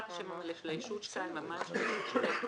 השם המלא של הישות; המען של הישות; כל